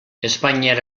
espainiar